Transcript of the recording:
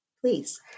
please